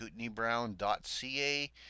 kootenaybrown.ca